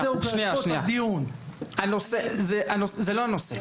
זה לא הנושא.